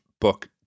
book